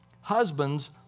Husbands